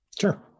Sure